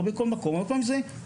לא בכל מקום אלא מטעם,